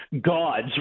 gods